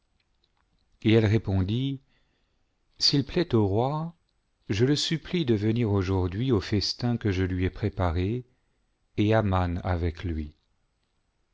et elle répondit s'il plaît au roi je le supplie de venir aujourd'hui au festin que je lui ai préparé et aman avec lui